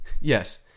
Yes